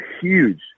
huge